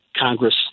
Congress